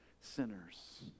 sinners